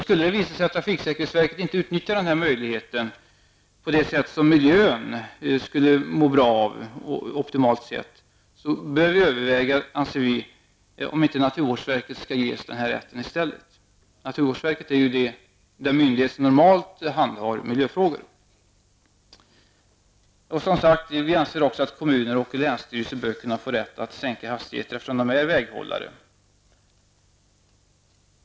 Skulle det visa sig att trafiksäkerhetsverket inte utnyttjar denna möjlighet optimalt på ett sätt som miljön skulle må bra av, bör det enligt vår mening övervägas om inte naturvårdsverket i stället borde ges den rätten. Naturvårdsverket är ju den myndighet som normalt handhar miljöfrågor. Vi anser också att kommuner och länsstyrelser bör få rätt att sänka hastigheter, eftersom de är väghållare.